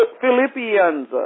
Philippians